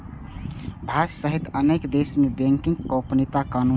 भारत सहित अनेक देश मे बैंकिंग गोपनीयता कानून छै